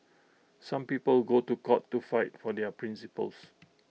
some people go to court to fight for their principles